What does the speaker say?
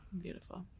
Beautiful